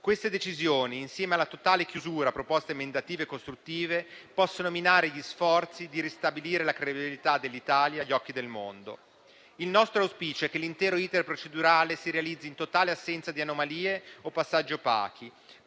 Queste decisioni, insieme alla totale chiusura a proposte emendative costruttive, possono minare gli sforzi di ristabilire la credibilità dell'Italia agli occhi del mondo. Il nostro auspicio è che l'intero *iter* procedurale si realizzi in totale assenza di anomalie o passaggi opachi